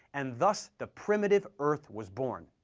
and thus, the primitive earth was born.